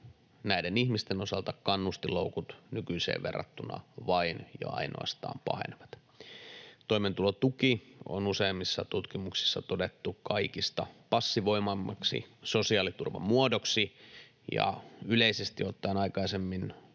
näiden ihmisten osalta kannustinloukut nykyiseen verrattuna vain ja ainoastaan pahenevat. Toimeentulotuki on useimmissa tutkimuksissa todettu kaikista passivoivimmaksi sosiaaliturvan muodoksi, ja yleisesti ottaen aikaisemmin